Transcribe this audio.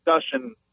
discussion